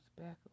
back